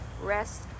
rest